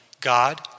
God